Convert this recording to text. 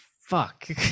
fuck